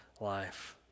life